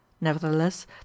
nevertheless